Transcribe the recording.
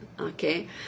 okay